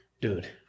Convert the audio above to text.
dude